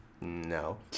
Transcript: No